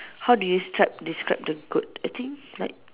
how do you stripe describe the goat I think like